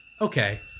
okay